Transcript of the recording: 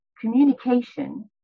communication